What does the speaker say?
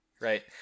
Right